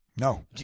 No